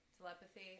telepathy